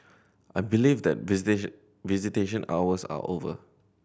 I believe that visitation hours are over